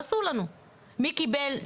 מי קיבל,